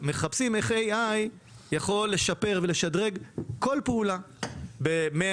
מחפשים איך AI יכול לשפר ולשדרג כל פעולה ב-"100",